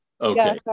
okay